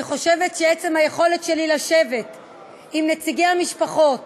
אני חושבת שעצם היכולת שלי לשבת עם נציגי המשפחות